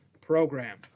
program